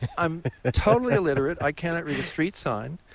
i'm totally illiterate. i cannot read a street sign.